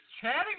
chatting